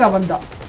um and